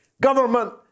government